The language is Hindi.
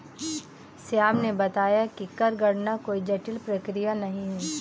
श्याम ने बताया कि कर गणना कोई जटिल प्रक्रिया नहीं है